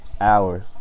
Hours